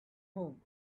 home